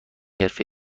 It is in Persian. حرفه